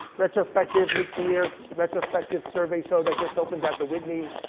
retrospective, mid career retrospective survey show that just opened at the whitney.